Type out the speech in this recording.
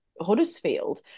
Huddersfield